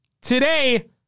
today